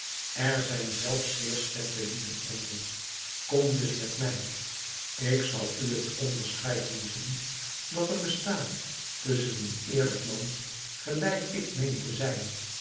er zijn zelfs zeer slechte lieden onder kom dus met mij ik zal u het onderscheid doen zien dat er bestaat tusschen een eerlijk man gelijk ik meen te zijn